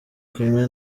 kumwe